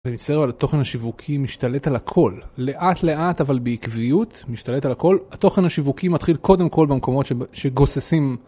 ומצטער אבל התוכן השיווקי משתלט על הכל לאט לאט אבל בעקביות משתלט על הכל התוכן השיווקי מתחיל קודם כל במקומות שגוססים.